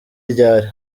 ryari